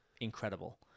incredible